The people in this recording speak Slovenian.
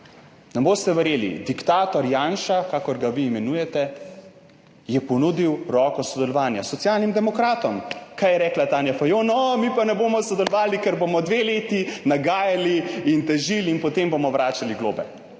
Ne boste verjeli, diktator Janša, kakor ga vi imenujete, je ponudil roko sodelovanja Socialnim demokratom. Kaj je rekla Tanja Fajon? »O, mi pa ne bomo sodelovali, ker bomo dve leti nagajali in težili in potem bomo vračali globe!«